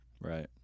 Right